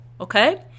okay